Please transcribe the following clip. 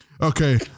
Okay